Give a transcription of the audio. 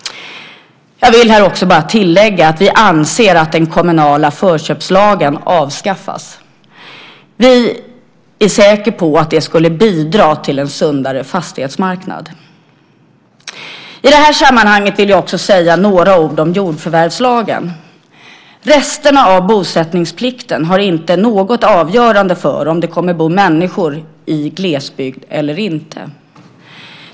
Jag vill här också bara tillägga att vi anser att den kommunala förköpslagen avskaffas. Vi är säkra på att det skulle bidra till en sundare fastighetsmarknad. I det här sammanhanget vill jag också säga några ord om jordförvärvslagen. Resterna av bosättningsplikten har inte något avgörande för om det kommer att bo människor i glesbygd eller inte.